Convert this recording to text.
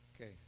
Okay